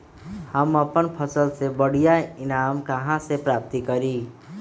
हम अपन फसल से बढ़िया ईनाम कहाँ से प्राप्त करी?